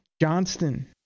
Johnston